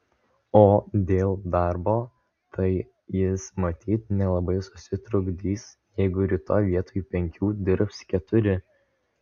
o dėl darbo tai jis matyt nelabai susitrukdys jeigu rytoj vietoj penkių dirbs keturi